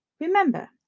Remember